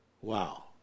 Wow